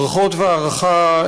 ברכות והערכה,